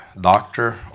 doctor